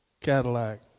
Cadillac